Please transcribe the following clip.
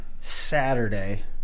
Saturday